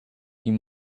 you